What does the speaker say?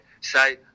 say